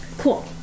Cool